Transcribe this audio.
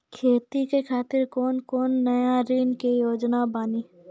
खेती के खातिर कोनो नया ऋण के योजना बानी?